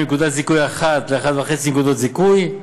מנקודת זיכוי אחת ל-1.5 נקודות זיכוי,